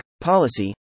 Policy